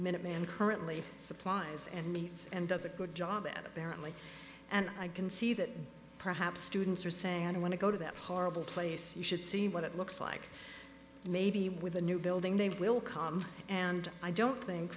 minuteman currently supplies and meets and does a good job there only and i can see that perhaps students are saying i don't want to go to that horrible place you should see what it looks like maybe with the new building they will come and i don't think